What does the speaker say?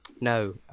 no